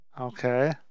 Okay